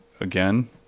again